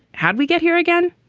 how do we get here again?